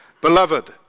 Beloved